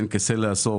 בין כסה לעשור,